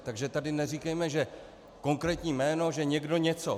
Takže tady neříkejme, že konkrétní jméno, že někdo něco.